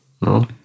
no